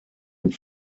und